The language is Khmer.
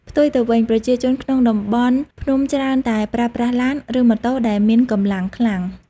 ផ្ទុយទៅវិញ ប្រជាជនក្នុងតំបន់ភ្នំច្រើនតែប្រើប្រាស់ឡាន ឬម៉ូតូដែលមានកម្លាំងខ្លាំង។